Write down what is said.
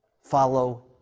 Follow